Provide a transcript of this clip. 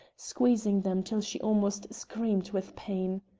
squeezing them till she almost screamed with pain.